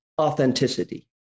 authenticity